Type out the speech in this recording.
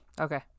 Okay